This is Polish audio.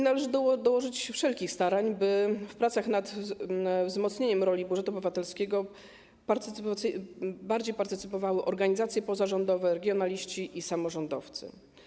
Należy dołożyć wszelkich starań, by w pracach nad wzmocnieniem roli budżetu obywatelskiego bardziej partycypowały organizacje pozarządowe, regionaliści i samorządowcy.